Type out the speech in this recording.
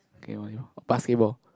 okay volleyball basketball